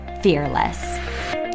fearless